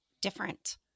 different